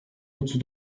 otuz